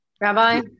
Rabbi